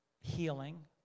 healing